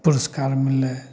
पुरस्कार मिललइ